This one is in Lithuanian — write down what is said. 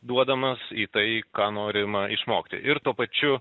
duodamas į tai ką norima išmokti ir tuo pačiu